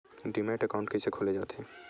Demat account कइसे खोले जाथे?